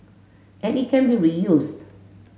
and it can be reused